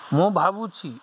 ମୁଁ ଭାବୁଛି